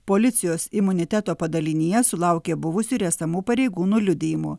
policijos imuniteto padalinyje sulaukė buvusių ir esamų pareigūnų liudijimų